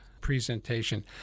presentation